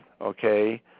okay